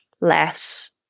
less